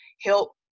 help